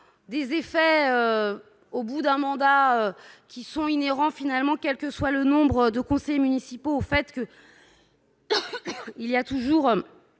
des effets au bout d'un mandat qui sont inhérents finalement quel que soit le nombre de conseillers municipaux, au fait que, il y a toujours